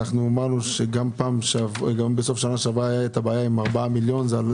גם בסוף שנה שעברה הייתה בעיה עם 4 מיליון שקלים.